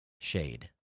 shade